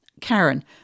Karen